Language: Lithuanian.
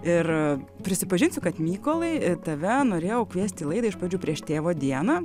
ir prisipažinsiu kad mykolai tave norėjau kviesti laidai iš pradžių prieš tėvo dieną